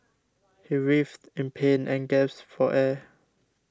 he writhed in pain and gasped for air